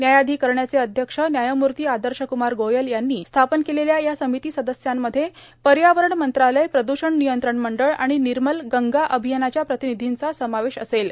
न्यायाधिकरणाचे अध्यक्ष न्यायमूर्ती आदर्शक्मार गोयल यांनी स्थापन केलेल्या या समिती सदस्यांमध्ये पर्यावरण मंत्रालय प्रद्षण नियंत्रण मंडळ आणि निर्मल गंगा अभियानाच्या प्रतिनिधींचा समावेश असेल